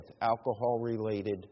Alcohol-related